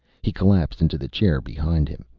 he collapsed into the chair behind him,